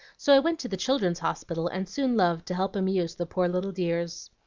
so i went to the children's hospital, and soon loved to help amuse the poor little dears.